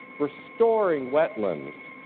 restoring wetlands.